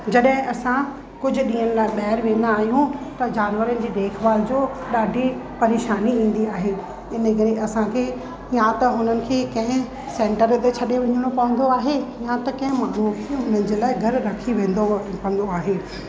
जॾहिं असां कुझु ॾींहनि लाइ ॿाहिरि वेंदा आहियूं त जानवरनि जी देखभाल जो ॾाढी परेशानी ईंदी आहे इन करे असां खे या त उन्हनि खे कंहिं सेंटर ते छॾे वञिणो पवंदो आहे या त कंहिं माण्हूअ खे घरु रखी वेंदो पवंदो आहे